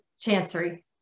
chancery